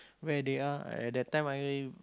where they are at that time I